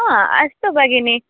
अस्तु भगिनी